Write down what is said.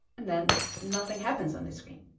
and then, nothing happens on this screen.